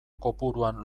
kopuruan